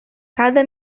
cada